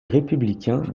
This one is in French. républicain